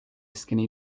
skinny